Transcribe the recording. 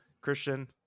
Christian